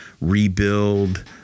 rebuild